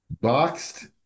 boxed